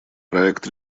проект